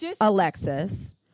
Alexis